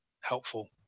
helpful